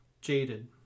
jaded